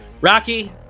Rocky